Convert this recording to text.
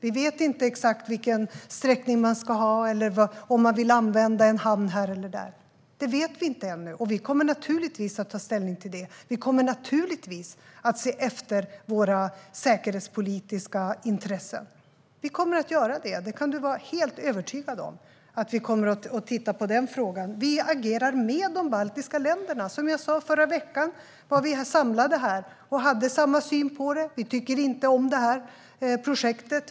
Vi vet ännu inte exakt vilken sträckning man ska ha eller om man vill använda en hamn här eller där. Men vi kommer naturligtvis att ta ställning till detta. Och vi kommer naturligtvis att se efter våra säkerhetspolitiska intressen. Du kan vara helt övertygad om att vi kommer att titta på den frågan, Mikael Oscarsson. Vi agerar med de baltiska länderna. Som sagt var vi samlade här förra veckan, och vi hade samma syn på detta. Vi tycker inte om det här projektet.